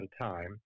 time